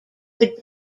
had